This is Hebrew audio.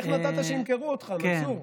איך נתת שימכרו אותך, מנסור?